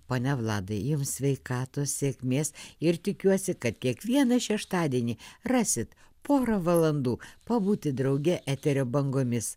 pone vladai jiems sveikatos sėkmės ir tikiuosi kad kiekvieną šeštadienį rasit porą valandų pabūti drauge eterio bangomis